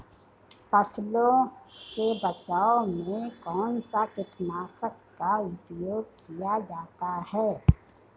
फसलों के बचाव में कौनसा कीटनाशक का उपयोग किया जाता है?